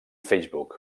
facebook